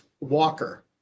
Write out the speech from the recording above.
Walker